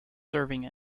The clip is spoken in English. serving